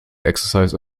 exercise